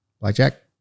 Blackjack